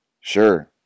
Sure